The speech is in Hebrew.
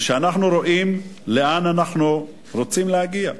וכשאנחנו רואים לאן אנחנו רוצים להגיע,